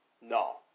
No